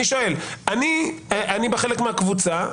אני חלק מהקבוצה,